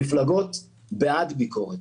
המפלגות בעד ביקורת,